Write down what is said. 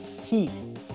heat